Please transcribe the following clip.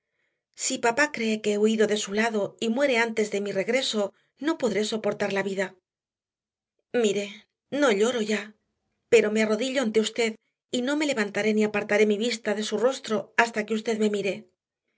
si papá cree que he huido de su lado y muere antes de mi regreso no podré soportar la vida mire no lloro ya pero me arrodillo ante usted y no me levantaré ni apartaré mi vista de su rostro hasta que usted me mire